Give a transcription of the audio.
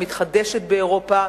המתחדשת באירופה,